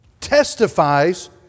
testifies